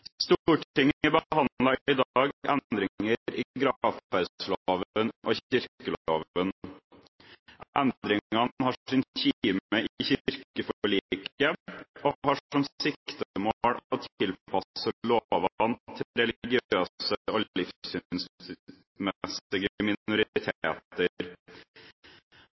Stortinget behandler i dag endringer i gravferdsloven og kirkeloven. Endringene har sin kime i kirkeforliket og har som siktemål